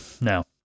Now